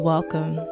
Welcome